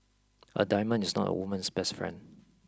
a diamond is not a woman's best friend